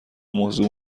موضوع